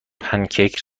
پنکیک